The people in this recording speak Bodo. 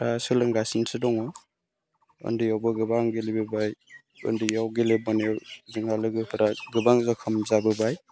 दा सोलोंगासिनोसो दङ उन्दैयावबो गोबां गेलेबोबाय उन्दैयाव गेलेबोनायाव जोंहा लोगोफोरा गोबां जखम जाबोबाय